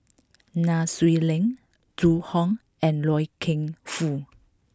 Nai Swee Leng Zhu Hong and Loy Keng Foo